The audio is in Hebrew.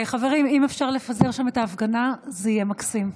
חברים, אם אפשר לפזר שם את ההפגנה זה יהיה מקסים.